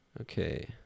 Okay